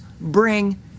bring